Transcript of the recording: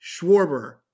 Schwarber